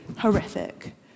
horrific